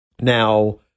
Now